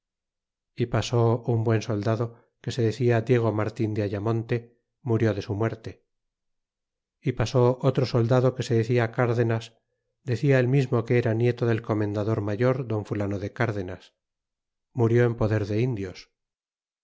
e pasó un buen soldado que se decia diego martin de ayamonte murió de su muerte e pasó otro soldado que se decia crdenas decia él mismo que era nieto del comendador mayor don fulano de cárdenas murió en poder de indios